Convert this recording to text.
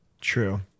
true